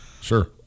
sure